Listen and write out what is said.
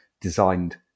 designed